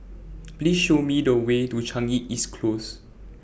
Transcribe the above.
Please Show Me The Way to Changi East Close